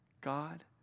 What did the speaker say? God